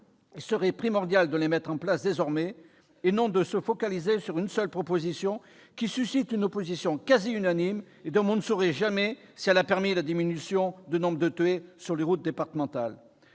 Il serait primordial de les mettre en place désormais et non de se focaliser sur une seule proposition qui suscite une opposition quasi unanime et dont vous ne saurez jamais si elle a permis la diminution du nombre de tués sur les routes départementales.